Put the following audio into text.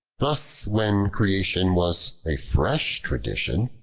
thus when creation was a fresh tradition,